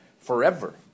forever